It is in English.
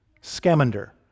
Scamander